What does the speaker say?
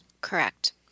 Correct